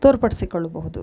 ತೋರ್ಪಡಿಸಿಕೊಳ್ಳಬಹುದು